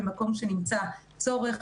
במקום שנמצא צורך,